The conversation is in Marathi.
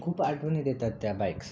खूप आठवणी देतात त्या बाइक्स